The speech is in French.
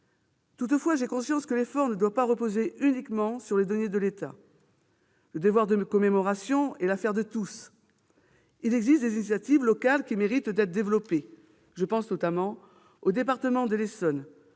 Toutefois, j'ai conscience que l'effort ne doit pas reposer uniquement sur les deniers de l'État. Le devoir de commémoration est l'affaire de tous. Des initiatives locales méritent d'être développées. Je pense notamment au département de l'Essonne,